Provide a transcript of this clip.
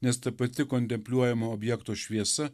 nes ta pati kontempliuojama objekto šviesa